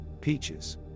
peaches